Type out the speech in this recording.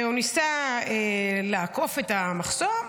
הוא ניסה לעקוף את המחסום,